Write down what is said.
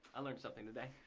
i learned something today.